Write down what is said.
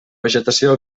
vegetació